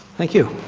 thank you.